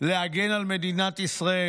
להגן על מדינת ישראל,